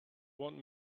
want